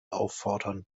auffordern